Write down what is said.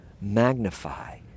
magnify